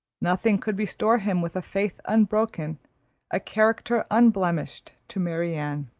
nothing could restore him with a faith unbroken a character unblemished, to marianne.